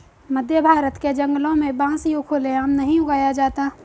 मध्यभारत के जंगलों में बांस यूं खुले आम नहीं उगाया जाता